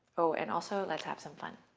oh, and also, let's have some fun.